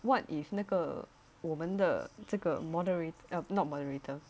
what if 那个我们的这个 moderate uh not moderator